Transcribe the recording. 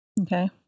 Okay